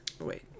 Wait